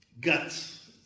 Guts